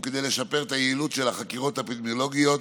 וכדי לשפר את היעילות של החקירות האפידמיולוגיות,